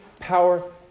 power